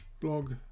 blog